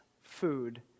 food